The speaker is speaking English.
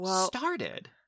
started